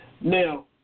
Now